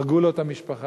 הרגו לו את המשפחה,